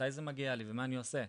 מתי מגיע לי ומה אני עושה.